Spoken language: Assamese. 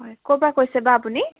হয় ক'ৰ পৰা কৈছে বা আপুনি